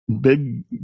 big